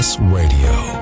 Radio